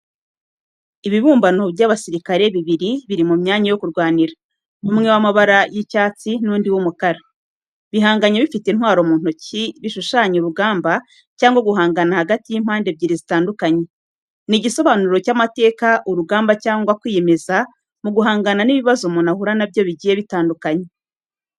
Ibibumbano by’abasirikare bibiri biri mu myanya yo kurwanira, umwe w’amabara y’icyatsi n’undi w’umukara. Bahanganye bifite intwaro mu ntoki, bishushanya urugamba cyangwa guhangana hagati y’impande ebyiri zitandukanye. Ni igisobanuro cy' amateka, urugamba cyangwa kwiyemeza mu guhangana n’ibibazo umuntu ahura nabyo bigiye bitandukanye.